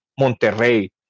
Monterrey